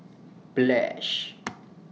Pledge